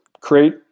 create